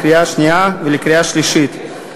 לקריאה שנייה ולקריאה שלישית.